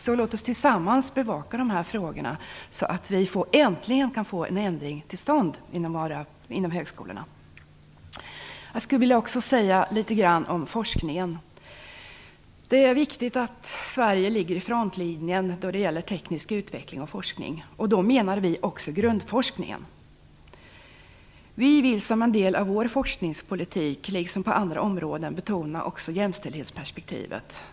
Låt oss därför tillsammans bevaka de här frågorna, så att vi äntligen kan få en ändring till stånd inom högskolorna. Jag skulle också vilja säga litet om forskningen. Det är viktigt att Sverige ligger på frontlinjen då det gäller teknisk utveckling och forskning, och då menar vi också grundforskningen. Vi vill som en del av vår forskningspolitik, liksom på andra områden, betona också jämställdhetsperspektivet.